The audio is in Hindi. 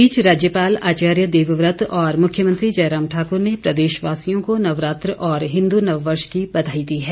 इस बीच राज्यपाल आचार्य देवव्रत और मुख्यमंत्री जयराम ठाकुर ने प्रदेशवासियों को नवरात्रे और हिन्दु नववर्ष की बधाई दी है